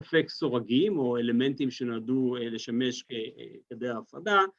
‫אפקט סורגים או אלמנטים שנולדו ‫לשמש ככדי ההפרדה.